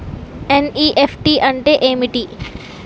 NEFT అంటే ఏమిటి?